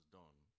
done